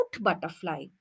butterfly